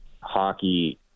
hockey